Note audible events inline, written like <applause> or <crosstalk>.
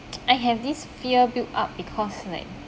<noise> I have this fear built up because like